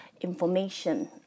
information